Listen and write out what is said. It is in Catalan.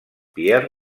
pierre